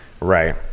Right